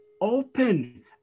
open